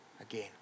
again